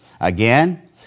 Again